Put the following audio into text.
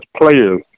players